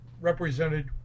represented